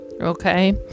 okay